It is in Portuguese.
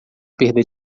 perda